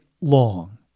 long